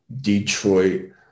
Detroit